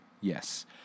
yes